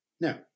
Now